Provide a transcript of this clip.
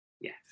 Yes